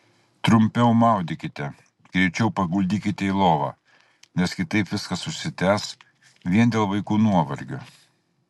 trumpiau maudykite greičiau paguldykite į lovą nes kitaip viskas užsitęs vien dėl vaikų nuovargio